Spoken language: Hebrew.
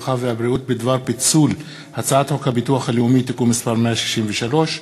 הרווחה והבריאות בדבר פיצול הצעת חוק הביטוח הלאומי (תיקון מס' 163),